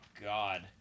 god